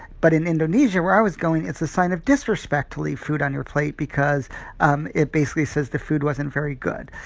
but in indonesia, where i was going, it's a sign of disrespect to leave food on your plate because um it basically says the food wasn't very good.